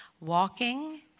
walking